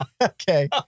Okay